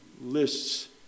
lists